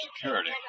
security